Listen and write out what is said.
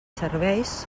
serveis